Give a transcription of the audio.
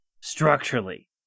structurally